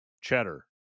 cheddar